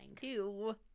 Ew